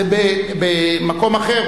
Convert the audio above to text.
במקום אחר,